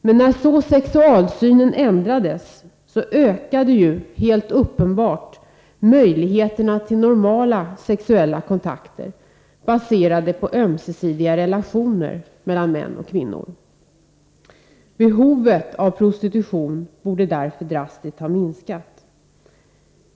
Men när så sexualsynen ändrades ökade helt uppenbart möjligheterna till normala sexuella kontakter, baserade på ömsesidiga relationer mellan män och kvinnor. ”Behovet” av prostitutionen borde därför drastiskt ha minskat.